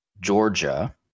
Georgia